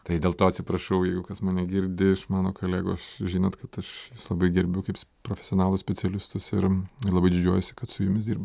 tai dėl to atsiprašau jeigu kas mane girdi iš mano kolegų aš žinot kad aš labai gerbiu kaip profesionalūs specialistus ir labai didžiuojuosi kad su jumis dirbu